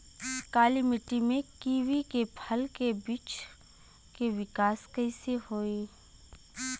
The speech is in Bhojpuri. काली मिट्टी में कीवी के फल के बृछ के विकास कइसे होई?